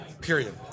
Period